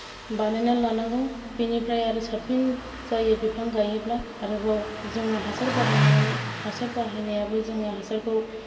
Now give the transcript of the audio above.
बानायनानै लानांगौ बेनिफ्राय आरो साबसिन जायो बिफां गायोब्ला आरोबाव जोङो हासार बाहायनायनि हासार बाहायनायाबो जोङो हासारखौ